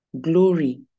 glory